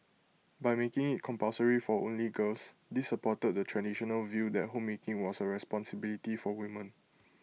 by making IT compulsory for only girls this supported the traditional view that homemaking was A responsibility for women